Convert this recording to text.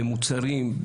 במוצרים,